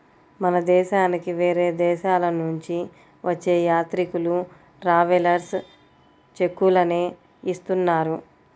మన దేశానికి వేరే దేశాలనుంచి వచ్చే యాత్రికులు ట్రావెలర్స్ చెక్కులనే ఇస్తున్నారు